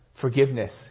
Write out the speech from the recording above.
Forgiveness